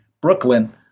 Brooklyn